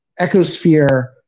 ecosphere